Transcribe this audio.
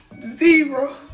Zero